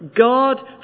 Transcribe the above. God